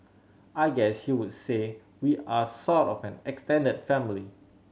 I guess you would say we are sort of an extended family